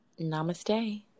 namaste